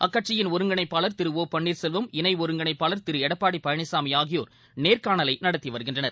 அக்கட்சியின் ஒருங்கிணைப்பாளர் திரு ஒ பள்ளீர்செல்வம் இணைஒருங்கிணைபபாளர் திருளடப்பாடிபழனிசாமிஆகியேர் நேர்காணலைநடததிவருகின்றனர்